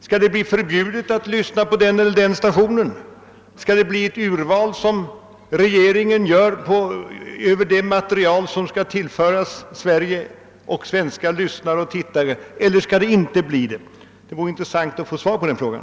Skall det bli förbjudet att lyssna till den eller den stationen, skall regeringen göra ett urval ur materialet som skall tillföras Sverige och svenska lyssnare och tittare? Det vore intressant att få svar på den frågan.